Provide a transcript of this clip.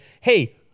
hey